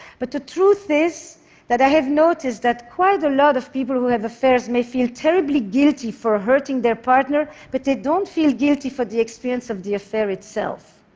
but the truth is that i have noticed that quite a lot of people who have affairs may feel terribly guilty for hurting their partner, but they don't feel guilty for the experience of the affair itself.